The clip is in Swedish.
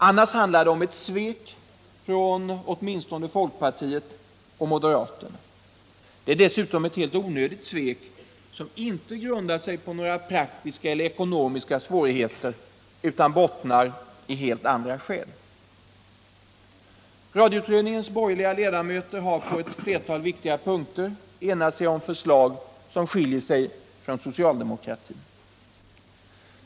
Annars handlar det om ett svek åtminstone från folkpartiet och moderaterna. Det är dessutom ett helt onödigt svek som inte grundar sig på några praktiska eller ekonomiska svårigheter utan bottnar i helt andra förhållanden. Radioutredningens borgerliga ledamöter har på flera viktiga punkter enat sig om förslag som skiljer sig från socialdemokratins.